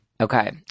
Okay